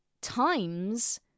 times